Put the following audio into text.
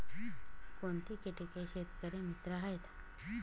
कोणती किटके शेतकरी मित्र आहेत?